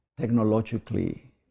technologically